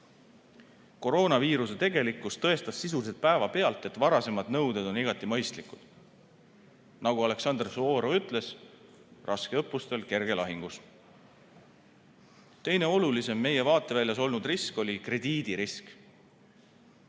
Koroonaviiruse tegelikkus tõestas sisuliselt päevapealt, et varasemad nõuded on igati mõistlikud. Nagu Aleksandr Suvorov ütles: raske õppustel, kerge lahingus. Teine olulisem meie vaateväljas olnud risk oli krediidirisk.